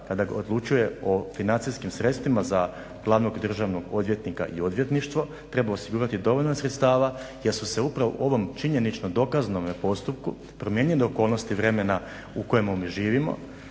kada odlučuje o financijskim sredstvima za glavnog državnog odvjetnika i odvjetništvo, treba osigurati dovoljna sredstava jer su se upravo ovom činjeničnom dokaznome postupku promijenile okolnosti vremena u kojemu mi živimo,